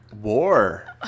war